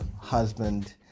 husband